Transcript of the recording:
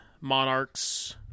monarchs